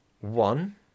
One